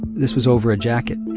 this was over a jacket.